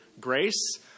Grace